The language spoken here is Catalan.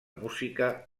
música